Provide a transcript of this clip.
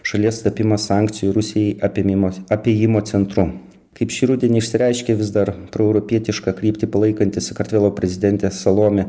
šalies tapimas sankcijų rusijai apėmimo apėjimo centru kaip šį rudenį išsireiškė vis dar proeuropietišką kryptį palaikanti sakartvelo prezidentė salomė